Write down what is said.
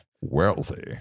Wealthy